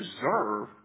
deserve